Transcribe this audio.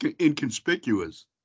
inconspicuous